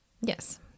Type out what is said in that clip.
Yes